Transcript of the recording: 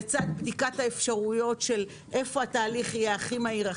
לצד בדיקת האפשרויות איפה התהליך יהיה הכי מהיר,